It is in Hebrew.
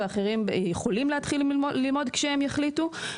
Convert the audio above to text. ואחרים יכולים ללמוד כשהם יחליטו,